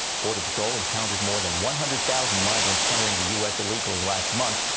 border patrol encountered more than one hundred thousand migrants entering the u s. illegally last month.